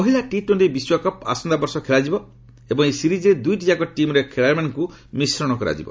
ମହିଳା ଟି ଟୋର୍ଣ୍ଣି ବିଶ୍ୱକପ୍ ଆସନ୍ତାବର୍ଷ ଖେଳାଯିବ ଏବଂ ଏହି ସିରିଜ୍ରେ ଦୁଇଟି ଯାକ ଟିମ୍ର ଖେଳାଳିମାନଙ୍କୁ ମିଶ୍ରଣ କରାଯିବ